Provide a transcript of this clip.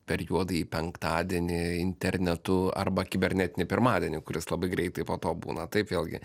per juodąjį penktadienį internetu arba kibernetinį pirmadienį kuris labai greitai po to būna taip vėlgi